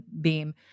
beam